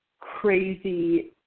crazy